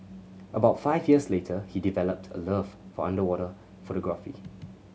about five years later he developed a love for underwater photography